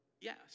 yes